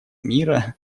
мира